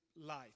life